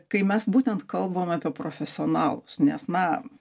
kai mes būtent kalbam apie profesionalus nes na